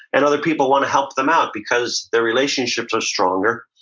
and other people want to help them out because their relationships are stronger,